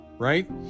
right